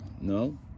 No